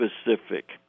specific